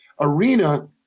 arena